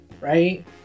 right